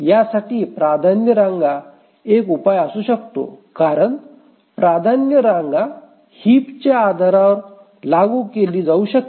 यासाठी प्राधान्य रांगा एक उपाय असू शकतो कारण प्राधान्य रांग हिपच्या आधारावर लागू केली जाऊ शकते